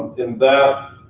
in that